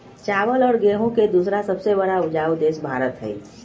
चावल और गेहूं के दूसरा सबसे बड़ा उपजाऊ देश भारत हई